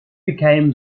became